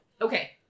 okay